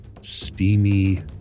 steamy